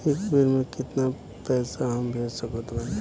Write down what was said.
एक बेर मे केतना पैसा हम भेज सकत बानी?